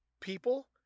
people